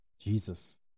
Jesus